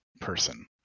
person